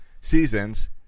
seasons